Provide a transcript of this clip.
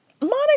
Monica